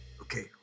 Okay